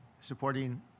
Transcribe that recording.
supporting